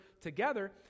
together